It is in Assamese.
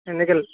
এনেকৈ